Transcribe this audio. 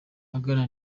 aganira